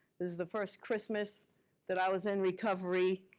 this is the first christmas that i was in recovery.